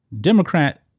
Democrat